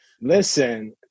Listen